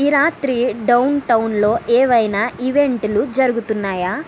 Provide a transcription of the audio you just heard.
ఈ రాత్రి డౌన్టౌన్లో ఏవైనా ఈవెంట్లు జరుగుతున్నాయా